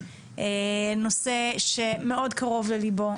נושא שמאוד קרוב לליבו,